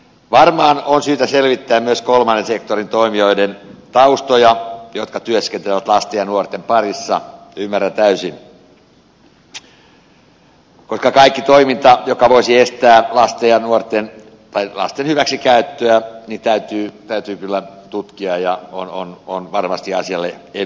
varmaan on syytä selvittää myös niiden kolmannen sektorin toimijoiden taustoja jotka työskentelevät lasten ja nuorten parissa ymmärrän täysin koska kaikki toiminta joka voisi estää lasten hyväksikäyttöä täytyy tutkia ja on varmasti asialle eduksi